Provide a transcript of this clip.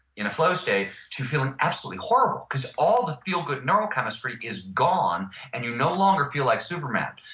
in a flow state to feeling absolutely horrible because all the feel good neurochemistry is gone and you no longer feel like superman.